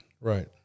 Right